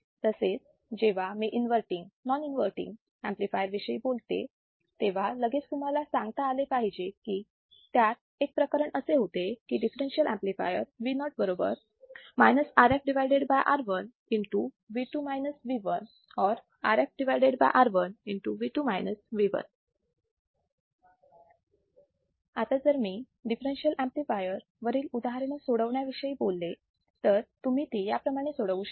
तसेच जेव्हा मी इन्वर्तींग नॉन इन्वर्तींग ऍम्प्लिफायर विषयी बोलते तेव्हा लगेच तुम्हाला सांगता आले पाहिजे की त्यात एक प्रकरण असे होते की दिफ्फेरेन्शियल ऍम्प्लिफायर Vo बरोबर Rf R1 or Rf R1 आता जर मी दिफ्फेरेन्शियल ऍम्प्लिफायर वरील उदाहरणं सोडवण्याविषयी बोलले तर तुम्ही ती याप्रमाणे सोडवू शकता